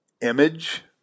image